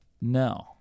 No